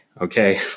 Okay